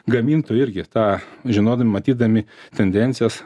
gamintojai irgi tą žinodami matydami tendencijas